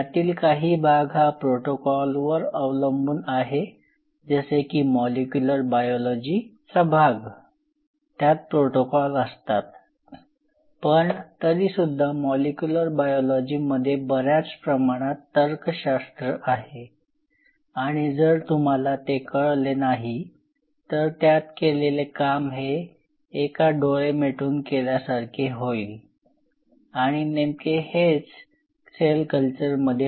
यातील काही भाग हा प्रोटोकॉल वर अवलंबून आहे जसे की मॉलिक्यूलर बायोलॉजी चा भाग त्यात प्रोटोकॉल असतात